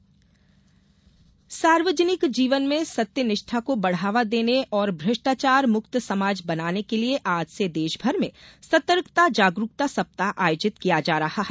सतर्कता सप्ताह सार्वजनिक जीवन में सत्य निष्ठा को बढ़ावा देने और भ्रष्टाचारमुक्त समाज बनाने के लिए आज से देश भर में सतर्कता जागरुकता सप्ताह आयोजित किया जा रहा है